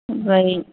অঁ হেৰি